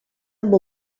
amb